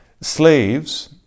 Slaves